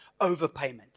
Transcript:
overpayment